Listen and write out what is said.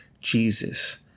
Jesus